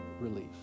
relief